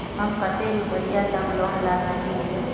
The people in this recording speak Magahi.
हम कते रुपया तक लोन ला सके हिये?